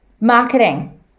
Marketing